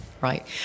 Right